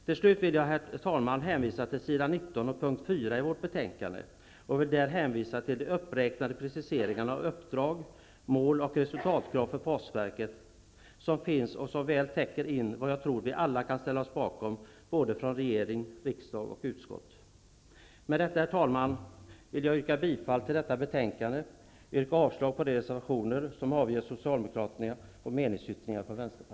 Till slut vill jag, herr talman, hänvisa till s. 19, punkt 4 i vårt betänkande och de uppräknade preciseringarna av uppdrag, mål och resultatkrav för postverket som väl täcker in vad jag tror att vi alla kan ställa oss bakom både från regering, riksdag och utskott. Med detta, herr talman, vill jag yrka bifall till hemställan i detta betänkande och yrka avslag på de reservationer som avgivits av